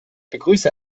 begrüße